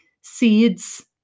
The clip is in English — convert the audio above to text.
Seeds